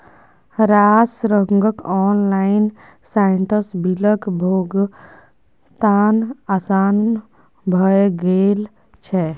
रास रंगक ऑनलाइन साइटसँ बिलक भोगतान आसान भए गेल छै